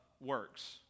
works